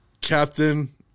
Captain